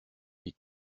les